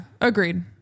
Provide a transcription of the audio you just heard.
agreed